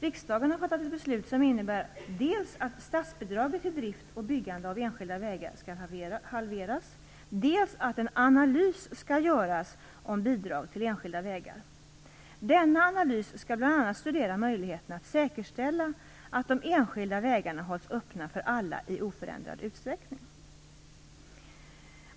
Riksdagen har fattat ett beslut som innebär dels att statsbidraget till drift och byggande av enskilda vägar skall halveras, dels att en analys skall göras om bidrag till enskilda vägar. Denna analys skall bl.a. studera möjligheterna att säkerställa att de enskilda vägarna hålls öppna för alla i oförändrad utsträckning.